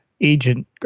Agent